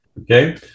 Okay